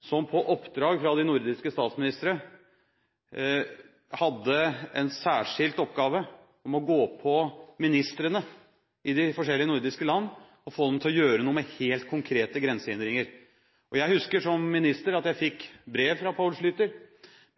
som på oppdrag fra de nordiske statsministrene hadde en særskilt oppgave med å gå på ministrene i de forskjellige nordiske land og få dem til å gjøre noe med helt konkrete grensehindringer. Jeg husker som minister at jeg fikk brev fra Poul Schlüter